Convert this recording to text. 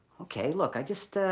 okay, look, i just